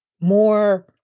more